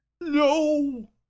No